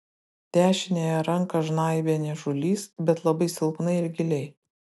dešiniąją ranką žnaibė niežulys bet labai silpnai ir giliai